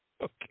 Okay